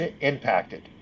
impacted